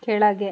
ಕೆಳಗೆ